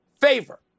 favor